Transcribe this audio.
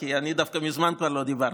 כי אני דווקא מזמן כבר לא דיברתי.